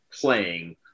playing